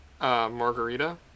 margarita